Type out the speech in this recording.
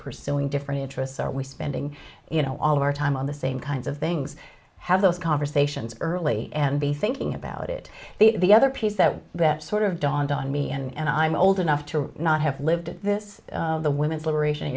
pursuing different interests are we spending you know all of our time on the same kinds of things have those conversations early and be thinking about it the other piece that that sort of dawned on me and i'm old enough to not have lived this the women's liberation in